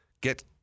get